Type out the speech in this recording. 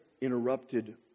interrupted